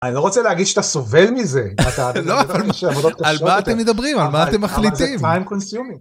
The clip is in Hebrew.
אני לא רוצה להגיד שאתה סובל מזה... לא, אבל על מה אתם מדברים? על מה אתם מחליטים?